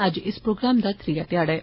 अज्ज इस प्रोग्राम दा त्रिया ध्याड़ा ऐ